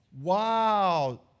Wow